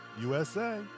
USA